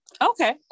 okay